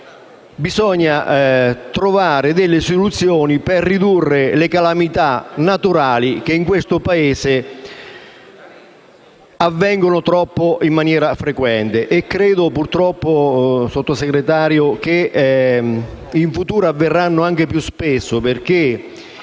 bisogna trovare delle soluzioni per ridurre le calamità naturali che in questo Paese avvengono in maniera troppo frequente.